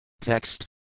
Text